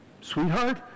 sweetheart